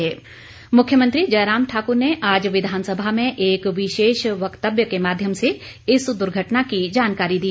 मुख्यमंत्री वक्तव्य मुख्यमंत्री जयराम ठाकुर ने आज विधानसभा में एक विशेष वक्तव्य के माध्यम से इस दुर्घटना की जानकारी दी